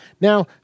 Now